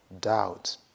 doubt